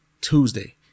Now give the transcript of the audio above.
Tuesday